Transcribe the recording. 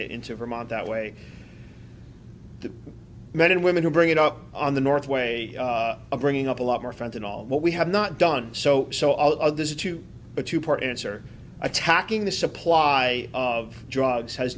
it into vermont that way the men and women who bring it up on the north way of bringing up a lot more friends and all but we have not done so so all of this into the two part answer attacking the supply of drugs has